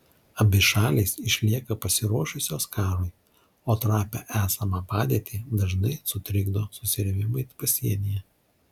abi šalys išlieka pasiruošusios karui o trapią esamą padėtį dažnai sutrikdo susirėmimai pasienyje